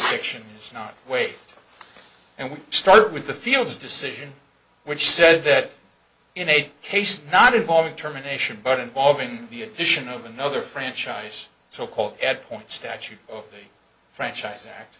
diction is not the way and we start with the fields decision which said that in a case not involving terminations but involving the addition of another franchise so called at point statute of franchise act